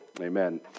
Amen